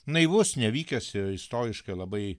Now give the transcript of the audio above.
naivus nevykęs ir istoriškai labai